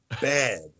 bad